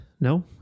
No